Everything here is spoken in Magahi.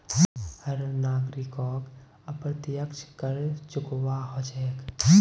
हर नागरिकोक अप्रत्यक्ष कर चुकव्वा हो छेक